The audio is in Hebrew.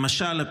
למשל,